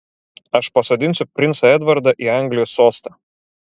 aš pasodinsiu princą edvardą į anglijos sostą